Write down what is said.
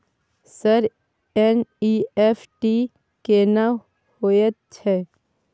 Sir NEFT केना होयत छै?